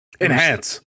Enhance